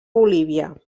bolívia